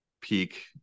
peak